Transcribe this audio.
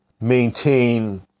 maintain